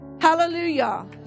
Hallelujah